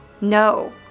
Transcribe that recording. No